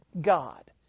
God